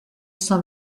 cent